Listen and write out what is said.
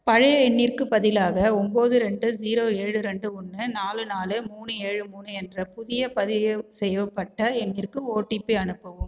பழைய எண்ணிற்கு பதிலாக ஒம்பது ரெண்டு ஜீரோ ஏழு ரெண்டு ஒன்னு நாலு நாலு மூணு ஏழு மூணு என்ற புதிய பதிவு செய்யப்பட்ட எண்ணிற்கு ஒடிபி அனுப்பவும்